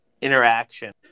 interaction